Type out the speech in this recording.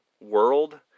world